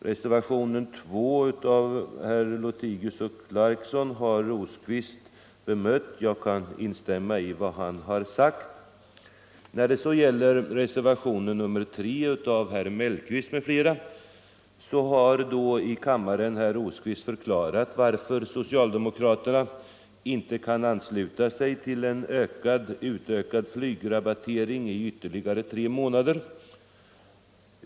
Reservationen 2 av herrar Lothigius och Clarkson har herr Rosqvist också redan bemött, och jag kan instämma i vad han anförde. redan förklarat att socialdemokraterna inte kan ansluta sig till förslaget om en utökad flygrabattering i ytterligare tre månader.